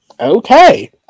Okay